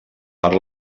per